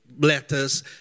letters